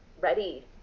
ready